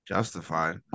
Justified